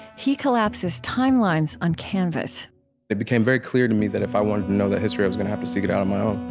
he collapses timelines on canvas it became very clear to me that if i wanted to know that history, i was going to have to seek it out on my own.